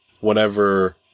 Whenever